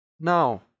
Now